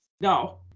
No